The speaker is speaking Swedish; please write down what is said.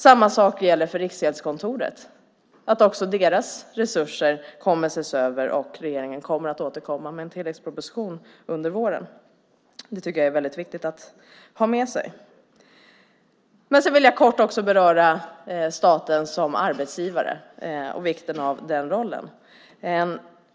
Samma sak gäller för Riksgäldskontoret. Även deras resurser kommer att ses över och regeringen kommer att återkomma med en tilläggsproposition under våren. Det tycker jag är viktigt att ha med sig. Jag vill också kort beröra staten som arbetsgivare och vikten av den rollen.